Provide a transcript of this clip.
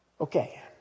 Okay